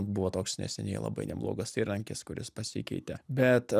buvo toks neseniai labai neblogas įrankis kuris pasikeitė bet